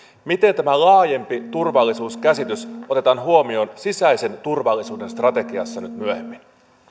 miten tämä laajempi turvallisuuskäsitys otetaan huomioon sisäisen turvallisuuden strategiassa nyt myöhemmin